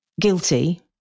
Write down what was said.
guilty